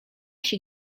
się